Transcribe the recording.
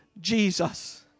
Jesus